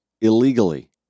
illegally